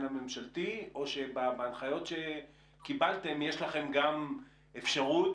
הממשלתי או שבהנחיות שקיבלתם יש לכם גם אפשרות,